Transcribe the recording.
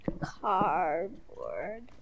cardboard